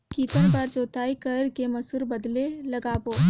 कितन बार जोताई कर के मसूर बदले लगाबो?